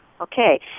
Okay